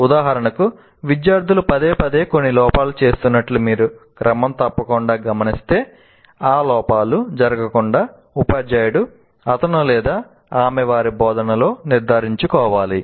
ఉదాహరణకు విద్యార్థులు పదేపదే కొన్ని లోపాలు చేస్తున్నట్లు మీరు క్రమం తప్పకుండా గమనిస్తే ఆ లోపాలు జరగకుండా ఉపాధ్యాయుడు అతను లేదా ఆమె వారి బోధనలో నిర్ధారించుకోవాలి